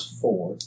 four